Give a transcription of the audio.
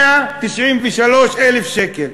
193,000 שקל.